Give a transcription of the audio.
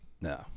No